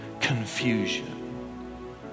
confusion